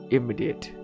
Immediate